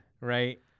Right